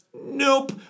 Nope